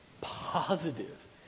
positive